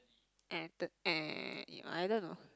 eh the eh I don't know